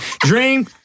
Dream